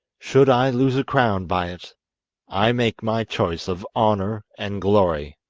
should i lose a crown by it i make my choice of honour and glory.